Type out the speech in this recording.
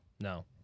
No